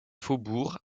faubourgs